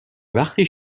وقتی